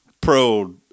pro